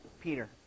Peter